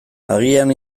agian